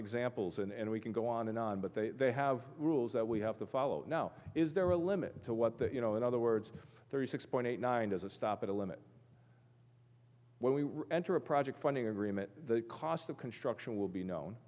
examples and we can go on and on but they have rules that we have to follow now is there a limit to what the you know in other words thirty six point eight nine doesn't stop at a limit when we enter a project funding agreement the cost of construction will be known